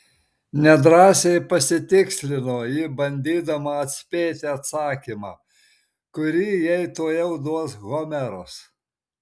nedrąsiai pasitikslino ji bandydama atspėti atsakymą kurį jai tuojau duos homeras